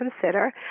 consider